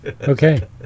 Okay